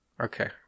Okay